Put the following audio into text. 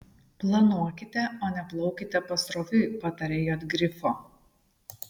planuokite o ne plaukite pasroviui pataria j grifo